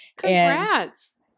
Congrats